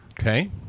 Okay